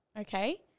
okay